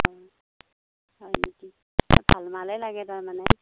অঁ হয় নেকি ভালমালে লাগে তাৰ মানে